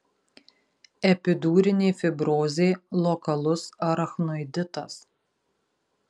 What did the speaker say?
epidurinė fibrozė lokalus arachnoiditas